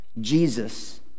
Jesus